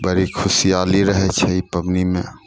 बड़ी खुशहाली रहै छै ई पबनीमे